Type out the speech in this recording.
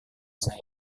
saya